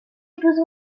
épouse